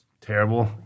Terrible